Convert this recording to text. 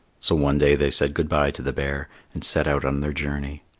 so one day they said goodbye to the bear, and set out on their journey.